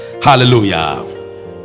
Hallelujah